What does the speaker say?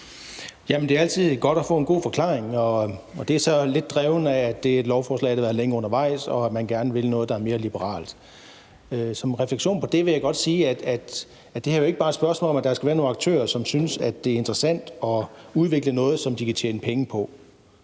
Det er jo altid godt at få en god forklaring, og det er så lidt drevet af, at det er et lovforslag, der har været længe undervejs, og at man gerne vil noget, der er mere liberalt. Som en refleksion på det vil jeg godt sige, at det her jo ikke bare er et spørgsmål om, at der skal være nogle aktører, som synes, at det er interessant at udvikle noget, som de kan tjene penge på